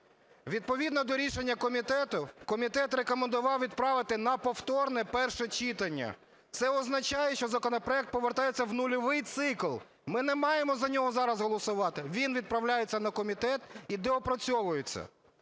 Відповідно до рішення комітету, комітет рекомендував відправити на повторне перше читання. Це означає, що законопроект повертається в нульовий цикл, ми не маємо за нього зараз голосувати. Він відправляється на комітет і доопрацьовується.